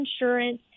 insurance